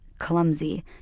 clumsy